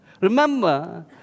Remember